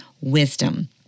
wisdom